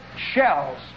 shells